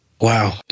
wow